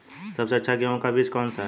सबसे अच्छा गेहूँ का बीज कौन सा है?